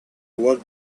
work